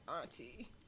auntie